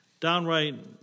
downright